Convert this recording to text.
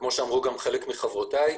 כמו שאמרו חלק מחברותיי,